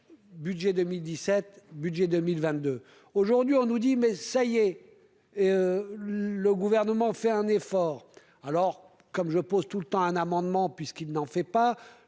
budget 2017, budget 2022, aujourd'hui on nous dit : mais ça y est, et le gouvernement fait un effort, alors comme je pose tout le temps, un amendement puisqu'il n'en fait pas,